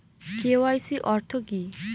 KYC অর্থ কি?